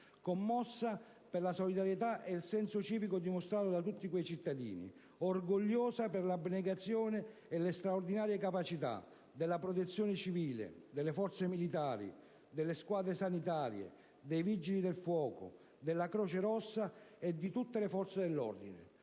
commossa per la solidarietà ed il senso civico dimostrato da tutti quei cittadini, orgogliosa per l'abnegazione e le straordinarie capacità della Protezione civile, dei militari, delle squadre sanitarie, dei Vigili del fuoco, della Croce rossa, di tutte le forze dell'ordine